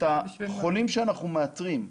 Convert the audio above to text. את החולים שאנחנו מאתרים,